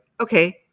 okay